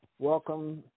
Welcome